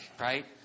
right